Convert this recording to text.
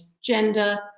gender